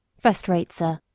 first-rate, sir,